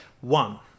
one